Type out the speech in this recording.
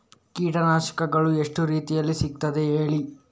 ಕೀಟನಾಶಕಗಳು ಎಷ್ಟು ರೀತಿಯಲ್ಲಿ ಸಿಗ್ತದ ಹೇಳಿ